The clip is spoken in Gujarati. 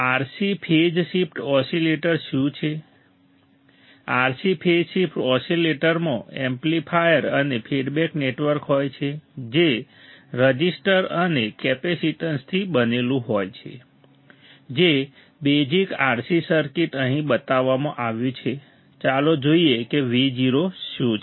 RC ફેઝ શિફ્ટ ઓસીલેટર શું છે RC ફેઝ શિફ્ટ ઓસીલેટરમાં એમ્પ્લીફાયર અને ફીડબેક નેટવર્ક હોય છે જે રઝિસ્ટર અને કેપેસીટન્સથી બનેલું હોય છે જે બેઝિક RC સર્કિટ અહીં બતાવવામાં આવ્યું છે ચાલો જોઈએ કે Vo શું છે